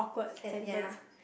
set ya